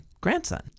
grandson